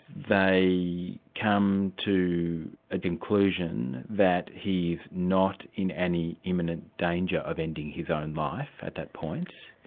they come to a conclusion that he's not in any imminent danger of ending his own life at that point.